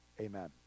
amen